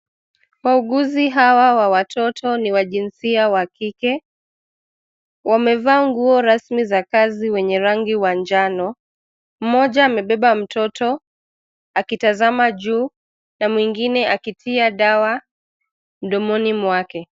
Wauguzi hawa wa watoto ni wa jinsia wa kike. Wamevaa nguo rasmi za kazi wenye rangi wa njano. Mmoja amebeba mtoto akitazama juu, na mwingine akitia dawa mdomoni mwake.